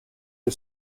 der